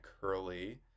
curly